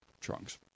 Trunks